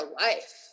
life